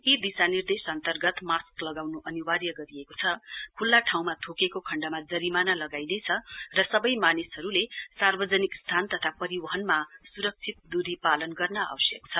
यी दिशानिर्देस अन्तर्गत मास्क लगाउन् अनिवार्य गरिएको छ ख्ल्ला ठाउँमा थ्केको खण्डमा जरिमाना लगाइनेछ र सबै मानिसहरूले सार्वजनिक स्थान तथा परिवहनमा सुरक्षित दूरी पालन गर्न आवश्यक छ